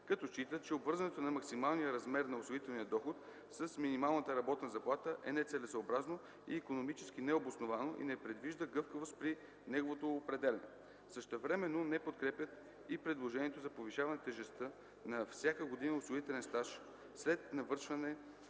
като считат, че обвързването на максималния размер на осигурителния доход с минималната работна заплата е нецелесъобразно и икономически необосновано и не предвижда гъвкавост при неговото определяне. Същевременно не подкрепят и предложението за повишаване тежестта на всяка година осигурителен стаж след навършване